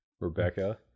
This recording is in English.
Rebecca